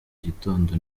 gitondo